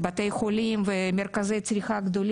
בתי החולים ומרכזי הצריכה הגדולים,